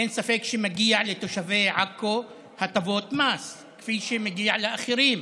אין ספק שמגיע לתושבי עכו הטבות מס כפי שמגיע לאחרים.